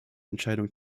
entscheidung